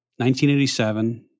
1987